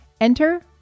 Enter